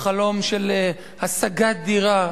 החלום של השגת דירה,